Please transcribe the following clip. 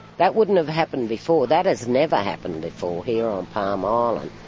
that wouldn't have happened before, that has never happened before here on palm ah